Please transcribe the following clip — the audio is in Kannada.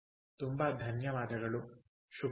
ತುಂಬಾ ಧನ್ಯವಾದಗಳು ಶುಭದಿನ